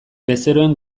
bezeroen